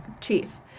Chief